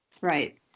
right